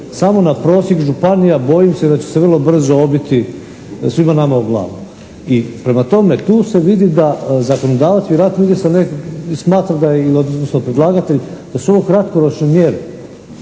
samo na prosjek županija bojim se da će se vrlo brzo obiti svima nama o glavu. Prema tome, tu se vidi da zakonodavac ide sa nekakvim, smatra ili odnosno predlagatelj da su ovo kratkoročne mjere.